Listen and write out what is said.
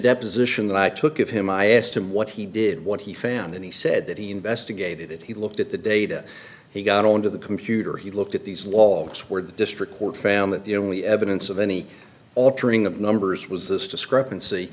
deposition that i took of him i asked him what he did what he found and he said that he investigated it he looked at the data he got on to the computer he looked at these logs where the district court found that the only evidence of any altering of the numbers was this discrepancy